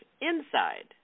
inside